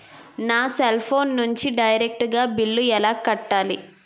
నా cell phone నుంచి direct గా బిల్లు ఎలా కట్టాలి?